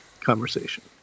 conversation